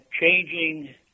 changing